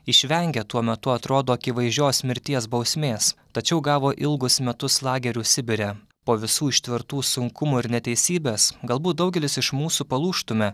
išvengę tuo metu atrodo akivaizdžios mirties bausmės tačiau gavo ilgus metus lagerių sibire po visų ištvertų sunkumų ir neteisybės galbūt daugelis iš mūsų palūžtume